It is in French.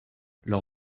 leur